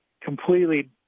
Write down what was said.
completely